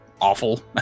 awful